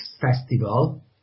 Festival